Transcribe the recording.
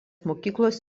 mokyklos